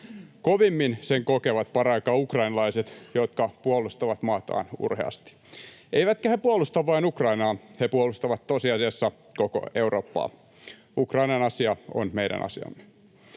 Kovimmin sen kokevat paraikaa ukrainalaiset, jotka puolustavat maataan urheasti. Eivätkä he puolusta vain Ukrainaa, he puolustavat tosiasiassa koko Eurooppaa. Ukrainan asia on meidän asiamme.